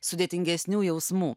sudėtingesnių jausmų